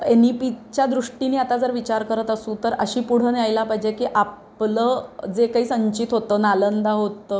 N E पीच्या दृष्टीने आता जर विचार करत असू तर अशी पुढं यायला पाहिजे की आपलं जे काही संचित होतं नालंदा होतं